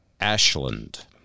Ashland